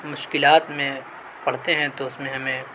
مشکلات میں پڑھتے ہیں تو اس میں ہمیں